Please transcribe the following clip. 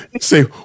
say